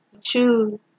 Choose